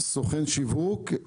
סוכן שיווק,